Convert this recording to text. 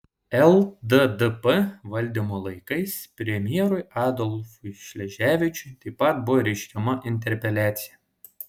lddp valdymo laikais premjerui adolfui šleževičiui taip pat buvo reiškiama interpeliacija